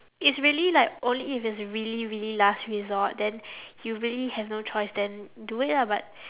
it's really like only if it's really really last resort then you really have no choice then do it lah but